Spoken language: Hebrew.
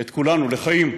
את כולנו, לחיים,